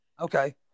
Okay